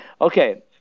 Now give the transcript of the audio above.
Okay